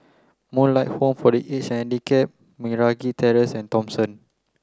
Moonlight Home for the Aged Handicapped Meragi Terrace and Thomson